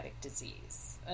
disease